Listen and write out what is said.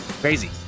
Crazy